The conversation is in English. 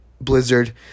blizzard